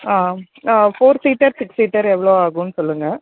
ஆமா four seater six seater எவ்வளோ ஆகும்னு சொல்லுங்கள்